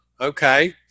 okay